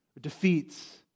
defeats